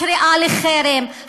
הקריאה לחרם,